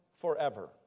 forever